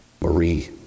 Marie